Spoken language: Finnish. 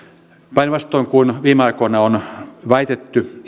päinvastoin kuin viime aikoina on väitetty